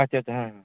ᱟᱪᱷᱟ ᱪᱷᱟ ᱦᱮ ᱦᱮ